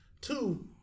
Two